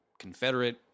Confederate